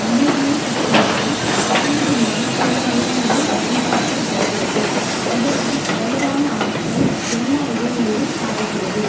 அமைதியை சித்தரிக்கும் ஆரஞ்சு நிறம் சில நேரங்களில் பயன்படுத்தப்படுகிறது இதனால் வலுவான ஆற்றல் எல்லா இடங்களிலும் பாய்கிறது